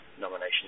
nomination